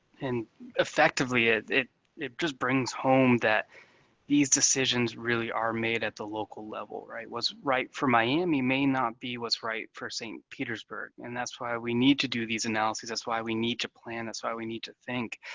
and effectively, ah it it just brings home that these decisions really are made at the local level, right? what's right for miami may not be what's right for st. petersburg, and that's why we need to do these analyses, that's why we need to plan, that's why we need to think.